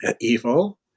evil